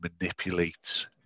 manipulates